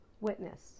witness